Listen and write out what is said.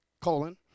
colon